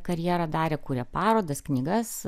karjerą darė kūrė parodas knygas